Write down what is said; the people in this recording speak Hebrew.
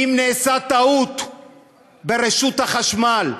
אם נעשתה טעות ברשות החשמל,